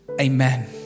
amen